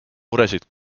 muresid